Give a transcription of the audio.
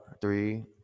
three